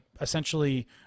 essentially